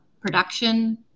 production